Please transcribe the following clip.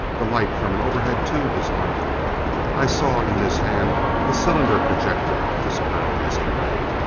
the light from an overhead tube was on him i saw in his hand the cylinder projector of his paralyzing ray.